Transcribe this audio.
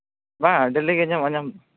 ᱵᱟᱝ ᱰᱮᱞᱤ ᱜᱮ ᱧᱟᱢᱚᱜᱼᱟ ᱧᱟᱢ ᱫᱚ